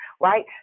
right